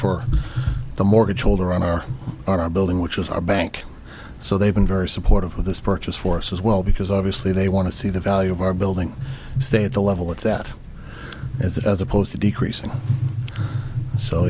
for the mortgage holder on our our building which is our bank so they've been very supportive of this purchase force as well because obviously they want to see the value of our building stay at the level it's at as as opposed to decreasing so